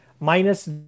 Minus